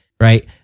right